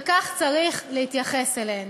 וכך צריך להתייחס אליהן.